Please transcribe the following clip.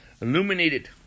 Illuminated